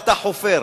אתה חופר".